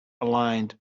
aligned